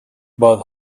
but